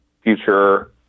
future